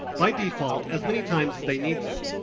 by default, as many times as they need to.